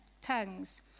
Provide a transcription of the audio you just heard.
Tongues